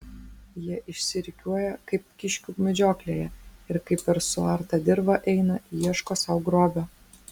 jie išsirikiuoja kaip kiškių medžioklėje ir kaip per suartą dirvą eina ieško sau grobio